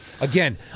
Again